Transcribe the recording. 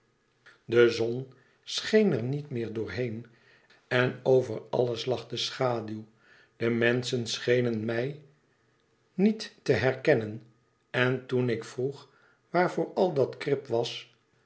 de zon scheen er niet meer door heen en over alles lag de schaduw de menschen schenen mij niet te herkennen en toen ik vroeg waarvoor al dat krip was